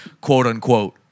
quote-unquote